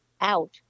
out